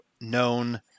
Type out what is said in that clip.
known